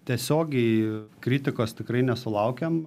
tiesiogiai kritikos tikrai nesulaukiam